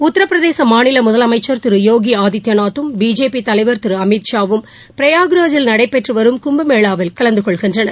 உத்தரப்பிரதேச மாநில முதலமைச்சர் திரு போகி ஆதித்யநாத்தும் பிஜேபி தலைவர் திரு அமித் ஷாவும் ப்ரையாக்ராஜில் நடைபெற்று வரும் கும்பமேளாவில் கலந்துகொள்கின்றனர்